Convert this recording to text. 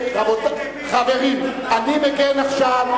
חברים, אני מקיים עכשיו,